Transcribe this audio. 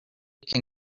can